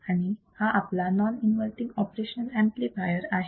आणि हा आपला नॉन इन्वर्तींग ऑपरेशनल ऍम्प्लिफायर आहे